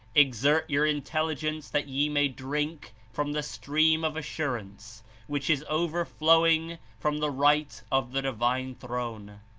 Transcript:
exert your intelligence that ye may drink from the stream of assurance which is overflowing from the right of the divine throne.